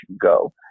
go